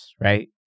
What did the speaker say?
right